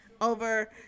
over